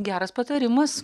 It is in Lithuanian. geras patarimas